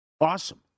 Awesome